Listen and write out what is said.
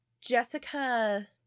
Jessica